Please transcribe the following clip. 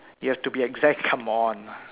you have to be exact come on